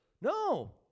No